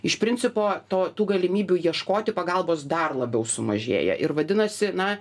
iš principo to tų galimybių ieškoti pagalbos dar labiau sumažėja ir vadinasi na